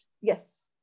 Yes